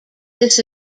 this